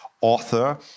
author